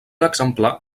exemplar